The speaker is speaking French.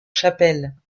chapelle